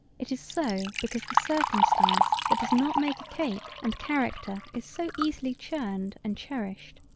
it is so because the circumstance that does not make a cake and character is so easily churned and cherished.